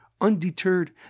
Undeterred